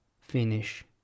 finish